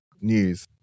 news